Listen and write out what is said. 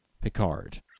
Picard